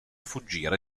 fuggire